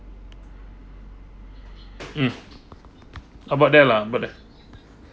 mm about there lah about there